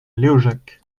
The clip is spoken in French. léojac